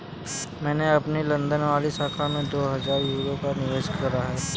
मैंने अपनी लंदन वाली शाखा में दो हजार यूरो का निवेश करा है